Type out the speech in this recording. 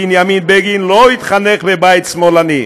בנימין בגין לא התחנך בבית שמאלני.